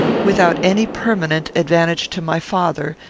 without any permanent advantage to my father,